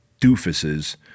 doofuses